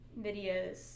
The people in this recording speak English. videos